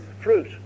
fruit